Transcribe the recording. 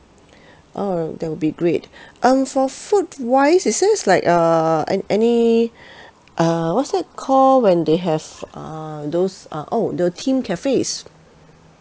oh that will be great um for food wise is there like uh an~ any uh what's that called when they have uh those uh oh the theme cafes